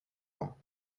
ans